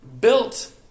built